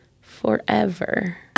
forever